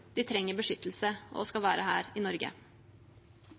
de trenger beskyttelse og skal være her i Norge.